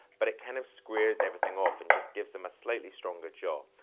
but it kind of squares everything off and just gives him a slightly stronger jaw.